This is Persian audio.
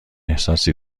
احساسی